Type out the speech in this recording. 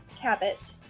Cabot